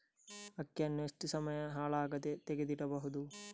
ಅಕ್ಕಿಯನ್ನು ಎಷ್ಟು ಸಮಯ ಹಾಳಾಗದಹಾಗೆ ತೆಗೆದು ಇಡಬಹುದು?